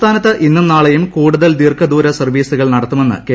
സംസ്ഥാനത്ത് ഇന്റ്റും നാളെയും കൂടുതൽ ദീർഘദൂര ന് സർവീസുകൾ നടത്തുമെന്ന് കെ